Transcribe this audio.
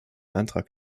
antrag